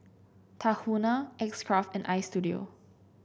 Tahuna X Craft and Istudio